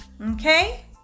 Okay